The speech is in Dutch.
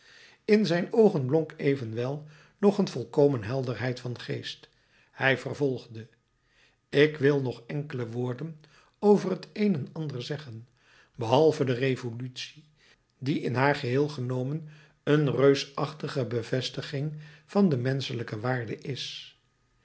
in zijn oogen blonk evenwel nog een volkomen helderheid van geest hij vervolgde ik wil nog enkele woorden over t een en ander zeggen behalve de revolutie die in haar geheel genomen een reusachtige bevestiging van de menschelijke waarde is